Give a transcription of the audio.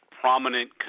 prominent